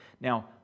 Now